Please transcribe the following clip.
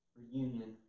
reunion